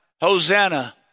Hosanna